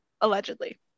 allegedly